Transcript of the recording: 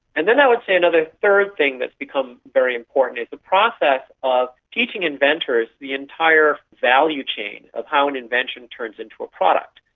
and then i would say another third thing that's become very important is the process of teaching inventors the entire value chain of how an invention turns into a product.